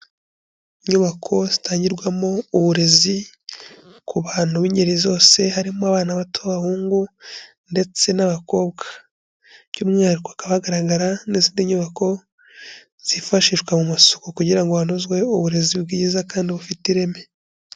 Inyubako zitangirwamo uburezi ku bantu b'ingeri zose, harimo abana bato b'abahungu ndetse n'abakobwa. By'umwihariko hakaba hagaragara n'izindi nyubako, zifashishwa mu masuku kugira ngo hanozwe uburezi bwiza kandi bufite ireme.